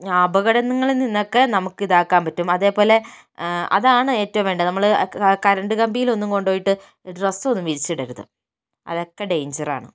അപകടങ്ങളിൽ നിന്നൊക്കെ നമുക്ക് ഇതാക്കാൻ പറ്റും അതേപോലെ അതാണ് ഏറ്റവും വേണ്ടത് നമ്മള് കറന്റ് കമ്പിയിൽ ഒന്നും കൊണ്ടു പോയിട്ട് ഡ്രസ്സ് ഒന്നും വിരിച്ചിടരുത് അതൊക്കെ ഡെയിഞ്ചർ ആണ്